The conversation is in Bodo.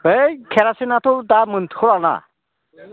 है खेरासिनाथ' दा मोनथ'वाना